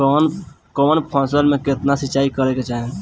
कवन फसल में केतना सिंचाई करेके चाही?